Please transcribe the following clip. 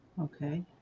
Okay